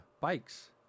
bikes